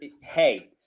Hey